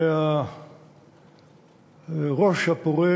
שהצמח הפורה